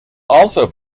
also